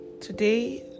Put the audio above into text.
today